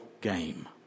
game